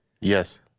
yes